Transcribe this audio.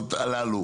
שהנקודות הללו